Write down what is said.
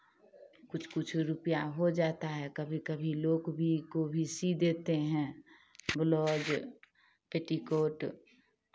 कुछ कुछ रुपैया हो जाता है कभी कभी लोग भी को भी सिल देते हैं ब्लाउज़ पेटीकोट